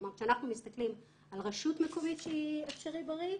כשאנחנו מסתכלים על רשות מקומית שהיא "אפשריבריא",